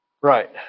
Right